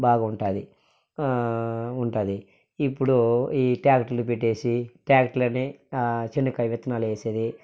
బాగుంటుంది ఉంటుంది ఇప్పుడు ఈ ట్యాక్టర్లు పెట్టేసి ట్యాక్టర్ని శనగకాయ విత్తనాలు వేసేది